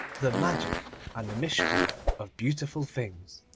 the magic and the mystery of beautiful things.